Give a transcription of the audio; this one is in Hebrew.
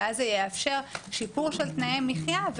ואז זה יאפשר שיפור של תנאי מחיה,